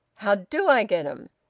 how do i get em?